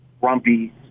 grumpy